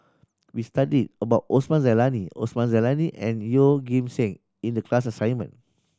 we studied about Osman Zailani Osman Zailani and Yeoh Ghim Seng in the class assignment